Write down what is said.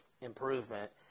improvement